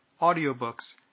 audiobooks